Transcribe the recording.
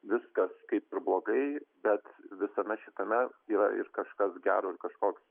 viskas kaip ir blogai bet visame šitame yra ir kažkas gero ir kažkoks